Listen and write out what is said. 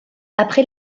après